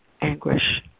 anguish